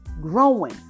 growing